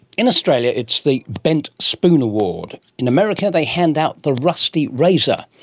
in australia it's the bent spoon award. in america they hand out the rusty razor.